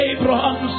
Abraham